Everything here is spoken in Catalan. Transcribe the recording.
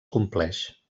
compleix